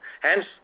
Hence